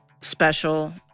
special